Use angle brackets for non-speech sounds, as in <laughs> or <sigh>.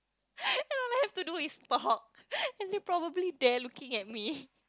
<laughs> all I have to do is talk and they're probably there looking at me <laughs>